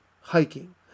hiking